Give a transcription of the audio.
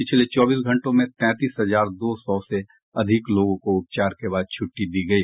पिछले चौबीस घंटों में तैंतीस हजार दो सौ से अधिक लोगों को उपचार के बाद छुट्टी दी गयी